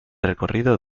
recorrido